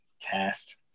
Test